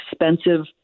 expensive